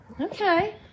Okay